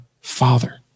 Father